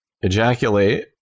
ejaculate